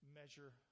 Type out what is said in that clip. measure